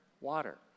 Water